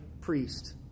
priest